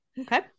Okay